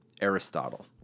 Aristotle